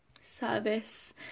service